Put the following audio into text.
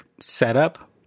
setup